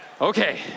Okay